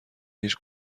هیچ